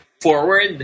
forward